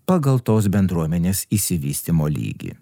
pagal tos bendruomenės išsivystymo lygį